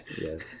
Yes